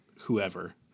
whoever